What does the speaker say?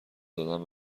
دادن